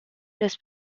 los